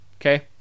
okay